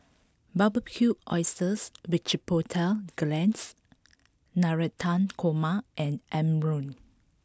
Barbecued Oysters with Chipotle Glaze Navratan Korma and Imoni